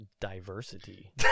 Diversity